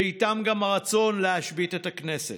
ואיתם גם הרצון להשבית את הכנסת,